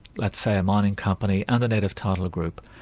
let's say a mining company and a native title group,